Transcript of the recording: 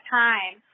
time